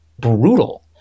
brutal